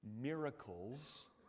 miracles